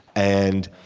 and,